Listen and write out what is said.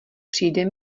přijde